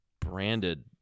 branded